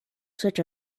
such